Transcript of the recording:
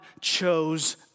chose